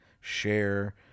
share